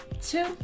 two